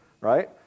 right